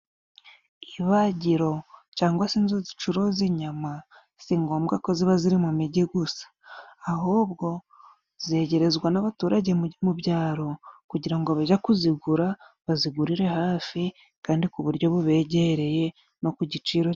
Ibagiro cyangwa se inzu zicuruza inyama， si ngombwa ko ziba ziri mu migi gusa， ahubwo zegerezwa n'abaturage mu byaro， kugira ngo abajya kuzigura， bazigurire hafi kandi ku buryo bubegereye no ku giciro.....